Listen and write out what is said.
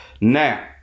Now